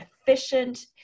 efficient